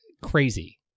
crazy